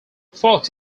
fox